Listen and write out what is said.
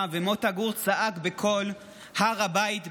ומוטה גור צעק בקול: "הר הבית בידינו".